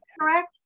correct